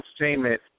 entertainment